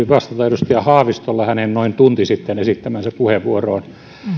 vastata edustaja haavistolle hänen noin tunti sitten esittämäänsä puheenvuoroon